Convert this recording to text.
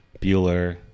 Bueller